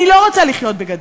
אני לא רוצה לחיות עם גדר,